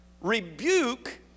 rebuke